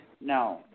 No